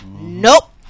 nope